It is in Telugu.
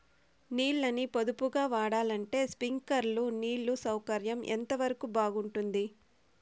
నీళ్ళ ని పొదుపుగా వాడాలంటే స్ప్రింక్లర్లు నీళ్లు సౌకర్యం ఎంతవరకు బాగుంటుంది?